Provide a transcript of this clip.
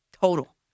total